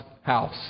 house